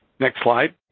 next slide.